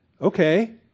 Okay